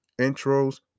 intros